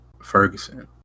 Ferguson